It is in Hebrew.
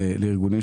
לארץ.